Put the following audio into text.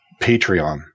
Patreon